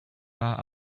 bar